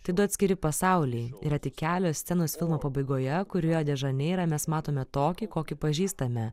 tai du atskiri pasauliai yra tik kelios scenos filmo pabaigoje kur rio de žaneirą mes matome tokį kokį pažįstame